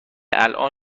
الان